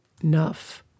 Enough